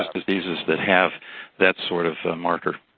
ah diseases that have that sort of marker,